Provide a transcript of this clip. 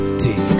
tea